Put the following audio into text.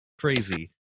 crazy